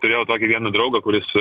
turėjau tokį vieną draugą kuris